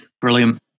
Brilliant